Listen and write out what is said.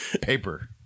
Paper